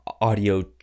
audio